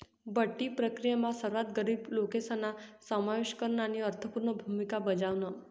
बठ्ठी प्रक्रीयामा सर्वात गरीब लोकेसना समावेश करन आणि अर्थपूर्ण भूमिका बजावण